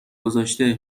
گذاشته